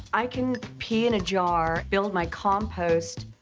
i can pee in a jar, build my compost,